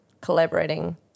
collaborating